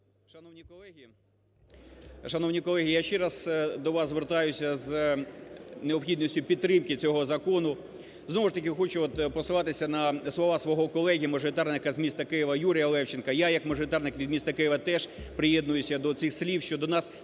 шановні колеги, я ще раз до вас звертаюся з необхідністю підтримки цього закону. Знову ж таки, хочу от послатися на слова свого колеги мажоритарника з міста Києва Юрія Левченка. Я як мажоритарник від міста Києва теж приєднуюся до цих слів, що до нас